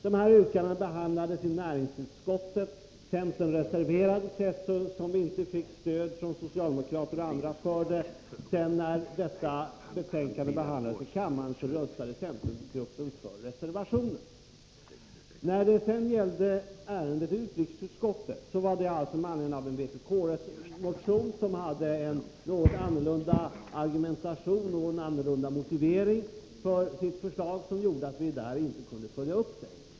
Motionen behandlades i näringsutskottet. Centern reserverade sig, eftersom vi inte fick stöd från socialdemokraterna och de andra partierna för våra krav. När sedan betänkandet behandlades i kammaren röstade centern för reservationen. I utrikesutskottet behandlades ärendet med anledning av en vpk-motion. Där hade vpk en något annorlunda argumentation och motivering för sina förslag, vilket gjorde att vi där inte kunde följa upp det.